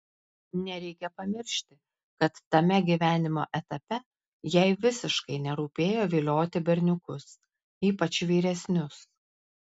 nereikia pamiršti kad tame gyvenimo etape jai visiškai nerūpėjo vilioti berniukus ypač vyresnius